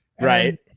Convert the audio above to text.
Right